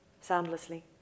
soundlessly